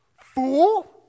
Fool